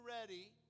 ready